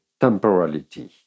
temporality